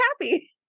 happy